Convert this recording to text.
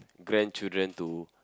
grandchildren to